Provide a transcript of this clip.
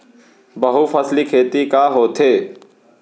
बहुफसली खेती का होथे?